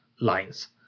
lines